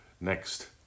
Next